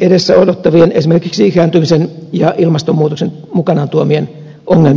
edessä odottavien esimerkiksi ikääntymisen ja ilmastonmuutoksen mukanaan tuomien ongelmien voittamiseen